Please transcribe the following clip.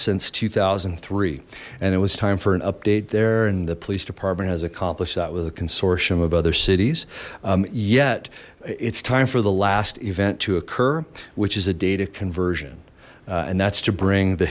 since two thousand and three and it was time for an update there and the police department has accomplished that with a consortium of other cities yet it's time for the last event to occur which is a data conversion and that's to bring the